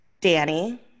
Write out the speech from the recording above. Danny